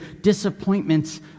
disappointments